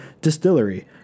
distillery